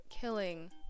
killing